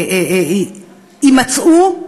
יימצאו?